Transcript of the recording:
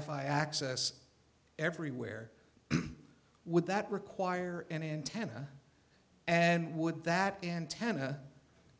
fi access everywhere would that require an antenna and would that antenna